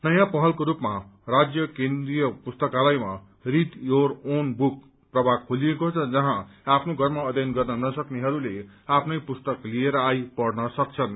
नयाँ पहलको रूपमा राज्य केन्द्रिय पुस्तकालयमा रीड यूअर ओन बुक प्रभाग खोलिएको छ जहाँ आफ्नो घरमा अध्ययन गर्न नसक्नेहरूले आफ्नै पुस्तक लिएर आई पढ़न सक्छन्